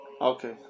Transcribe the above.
okay